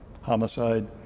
homicide